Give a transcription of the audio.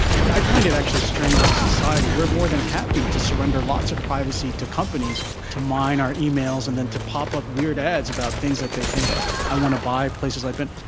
i find it actually strange, as a society we're more than happy to surrender lots of privacy to companies to mine our emails, and then to pop up weird ads about things that they think i want to buy, places i've been.